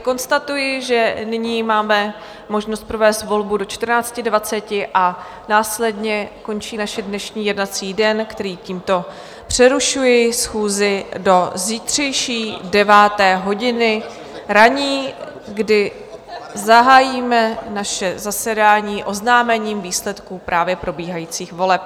Konstatuji, že nyní máme možnost provést volbu do 14.20 a následně končí náš dnešní jednací den, který tímto přerušuji schůzi do zítřejší deváté hodiny ranní, kdy zahájíme naše zasedání oznámením výsledků právě probíhajících voleb.